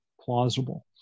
plausible